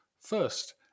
First